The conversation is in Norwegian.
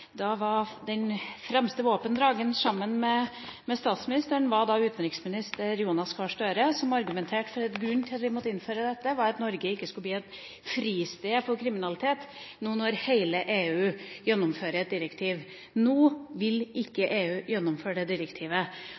Da var den fremste våpendrageren – sammen med daværende statsminister – utenriksminister Jonas Gahr Støre, som argumenterte med at grunnen til at vi måtte innføre dette, var at Norge ikke skulle bli et fristed for kriminalitet når hele EU gjennomfører et direktiv. Nå vil ikke EU gjennomføre det direktivet,